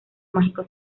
mágico